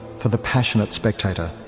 for the passionate spectator,